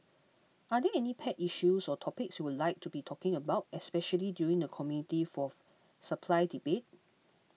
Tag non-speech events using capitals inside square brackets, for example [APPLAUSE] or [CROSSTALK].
are there any pet issues or topics you would be talking about especially during the Committee for [NOISE] Supply debate